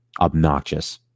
obnoxious